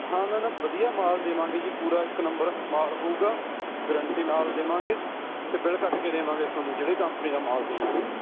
ਹਾਂ ਨਾ ਨਾ ਵਧੀਆ ਮਾਲ ਦੇਵਾਂਗੇ ਜੀ ਪੂਰਾ ਇੱਕ ਨੰਬਰ ਮਾਲ ਹੋਊਗਾ ਗਰੰਟੀ ਨਾਲ ਦੇਵਾਂਗੀ ਅਤੇ ਬਿਲ ਕੱਟ ਕੇ ਦੇਵਾਂਗੇ ਤੁਹਾਨੂੰ ਜਿਹੜੇ ਕੰਪਨੀ ਦਾ ਮਾਲ ਦੇਵਾਂਗੇ ਜੀ